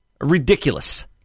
Ridiculous